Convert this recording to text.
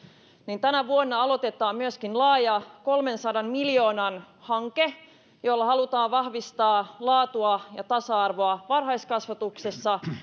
tänä vuonna aloitetaan myöskin laaja kolmensadan miljoonan hanke jolla halutaan vahvistaa laatua ja tasa arvoa varhaiskasvatuksessa